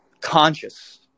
conscious